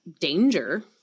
danger